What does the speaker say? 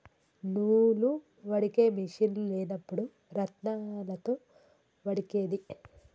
నూలు వడికే మిషిన్లు లేనప్పుడు రాత్నాలతో వడికేది